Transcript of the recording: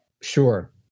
Sure